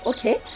Okay